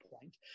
point